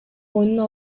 мойнуна